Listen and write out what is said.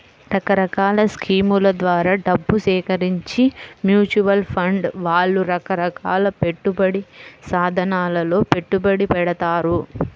రకరకాల స్కీముల ద్వారా డబ్బు సేకరించి మ్యూచువల్ ఫండ్ వాళ్ళు రకరకాల పెట్టుబడి సాధనాలలో పెట్టుబడి పెడతారు